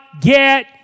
get